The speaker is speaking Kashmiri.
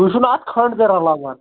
تُہۍ چھُو نا اَتھ کھنٛڈ تہِ رَلاوان